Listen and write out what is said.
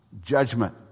judgment